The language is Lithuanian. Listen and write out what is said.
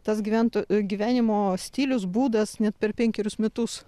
tas gyvento gyvenimo stilius būdas net per penkerius metus